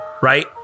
right